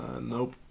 Nope